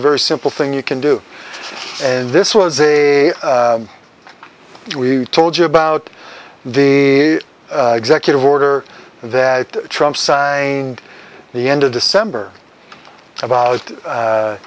a very simple thing you can do and this was a we told you about the executive order that trump signed the end of december about